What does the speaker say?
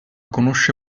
conosce